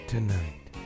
Tonight